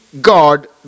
God